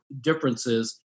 differences